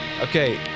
Okay